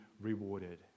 rewarded